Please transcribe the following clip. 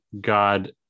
God